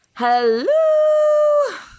Hello